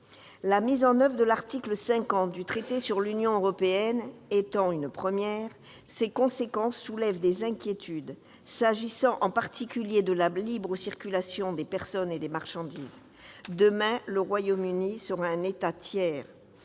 La mise en oeuvre de l'article 50 du traité sur l'Union européenne étant une première, ses conséquences soulèvent des inquiétudes, s'agissant en particulier de la libre circulation des personnes et des marchandises. Demain, le Royaume-Uni sera un État tiers.